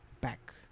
back